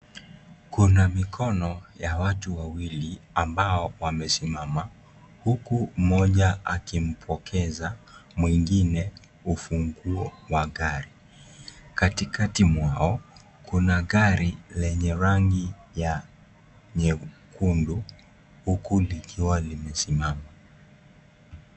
Kuna mikono ya watu wawili ambao wamesimama huku mmoja akimpokeza mwingine ufunguo wa gari, katikati mwao kuna gari lenye rangi ya nyekundu huku likiwa limesimama.